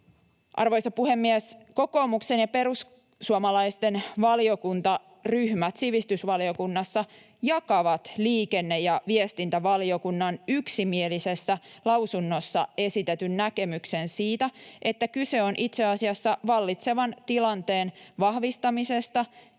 Arvoisa puhemies! Kokoomuksen ja perussuomalaisten valiokuntaryhmät sivistysvaliokunnassa jakavat liikenne- ja viestintävaliokunnan yksimielisessä lausunnossa esitetyn näkemyksen siitä, että kyse on itse asiassa vallitsevan tilanteen vahvistamisesta